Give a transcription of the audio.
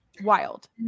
Wild